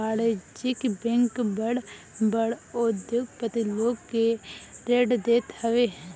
वाणिज्यिक बैंक बड़ बड़ उद्योगपति लोग के ऋण देत हवे